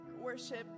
worship